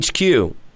HQ